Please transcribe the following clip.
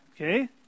Okay